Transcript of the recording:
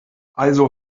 also